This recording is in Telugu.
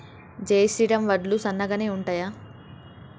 జై శ్రీరామ్ వడ్లు సన్నగనె ఉంటయా?